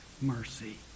mercy